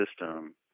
system